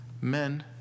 men